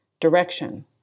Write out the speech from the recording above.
direction